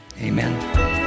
Amen